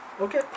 okay